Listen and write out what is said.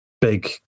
big